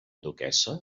duquessa